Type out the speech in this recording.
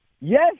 Yes